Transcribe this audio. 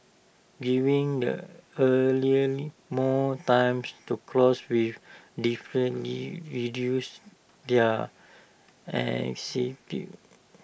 giving the earlier more times to cross with definitely reduce their anxiety